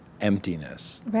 emptiness